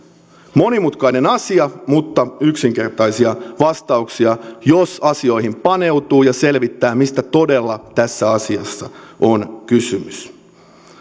monimutkainen asia mutta yksinkertaisia vastauksia jos asioihin paneutuu ja selvittää mistä todella tässä asiassa on kysymys